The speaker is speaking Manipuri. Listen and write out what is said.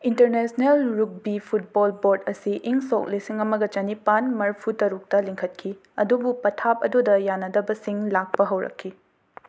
ꯏꯟꯇꯔꯅꯦꯁꯅꯦꯜ ꯔꯨꯒꯕꯤ ꯐꯨꯠꯕꯣꯜ ꯕꯣꯔꯗ ꯑꯁꯤ ꯏꯪ ꯁꯣꯛ ꯂꯤꯁꯤꯡ ꯑꯃꯒ ꯆꯅꯤꯄꯥꯟ ꯃꯔꯐꯨꯇꯔꯨꯛꯇ ꯂꯤꯡꯈꯠꯈꯤ ꯑꯗꯨꯕꯨ ꯄꯊꯥꯞ ꯑꯗꯨꯗ ꯌꯥꯅꯗꯕꯁꯤꯡ ꯂꯥꯛꯄ ꯍꯧꯔꯛꯈꯤ